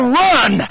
run